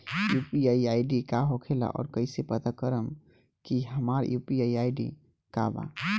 UPI ID का होखेला और कईसे पता करम की हमार यू.पी.आई आई.डी का बा?